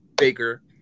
Baker